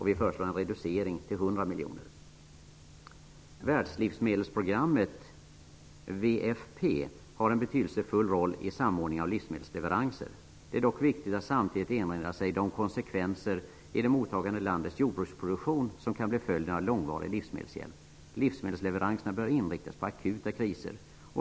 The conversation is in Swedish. Vi föreslår en reducering till 100 miljoner kronor. Världslivsmedelsprogrammet, WFP, spelar en betydelsefull roll för samordningen av livsmedelsleveranser. Det är dock viktigt att samtidigt erinra sig de konsekvenser i det mottagande landets jordbruksproduktion som kan bli följden av långvarig livsmedelshjälp. Livsmedelsleveranserna bör inriktas på akuta kriser.